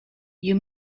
you